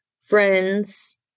friends